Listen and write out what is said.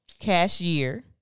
cashier